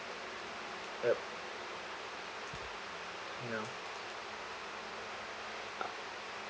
yup ya